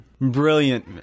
Brilliant